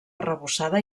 arrebossada